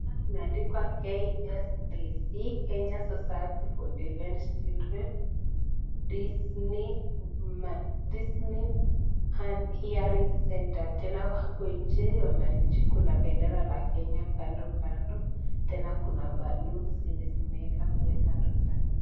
Hapa imeandikwa KSDC Kenya Society for Deaf Children Dechi Hearing center . Tena hapo nje kuna bendera la Kenya , kando kando tena kuna baloons zenye zimewekwa kando kando.